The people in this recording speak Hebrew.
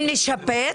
אם נשפץ?